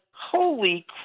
Holy